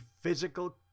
physical